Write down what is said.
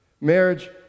Marriage